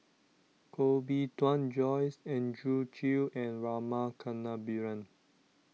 Koh Bee Tuan Joyce Andrew Chew and Rama Kannabiran